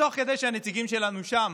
ותוך כדי שהנציגים שלנו שם,